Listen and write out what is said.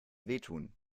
wehtun